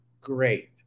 Great